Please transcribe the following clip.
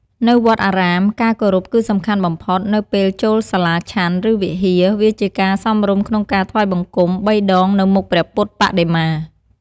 នៅវត្តអារាម ការគោរពគឺសំខាន់បំផុត នៅពេលចូលសាលាឆាន់ ឬ វិហារ វាជាការសមរម្យក្នុងការ ថ្វាយបង្គំ បីដងនៅមុខព្រះពុទ្ធបដិមា។